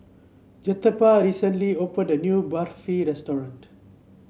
Jeptha recently opened a new Barfi Restaurant